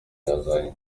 yazanye